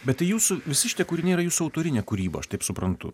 bet tai jūsų visi šitie kūriniai yra jūsų autorinė kūryba aš taip suprantu